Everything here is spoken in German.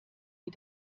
wie